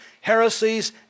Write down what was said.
heresies